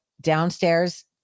downstairs